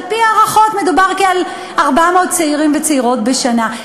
ועל-פי ההערכות מדובר על כ-400 צעירים וצעירות בשנה.